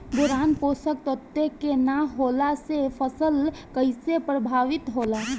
Boron पोषक तत्व के न होला से फसल कइसे प्रभावित होला?